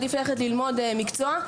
עדיף ללכת ללמוד מקצוע,